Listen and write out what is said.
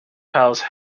house